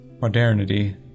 modernity